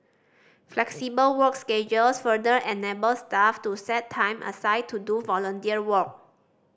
flexible work schedules further enable staff to set time aside to do volunteer work